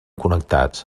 connectats